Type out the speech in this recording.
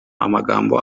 amagambo